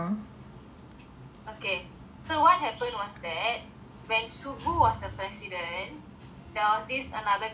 okay so what happened was that when subu was the president there was this another girl who was the vice president